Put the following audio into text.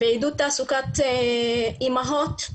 בעידוד תעסוקת אימהות.